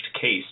case